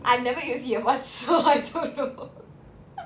I never use ear bud before I don't know